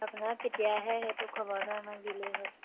আপোনালোক কেতিয়া আহে সেইটো খবৰটো আমাক দিলেই হ'ল